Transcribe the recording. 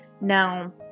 Now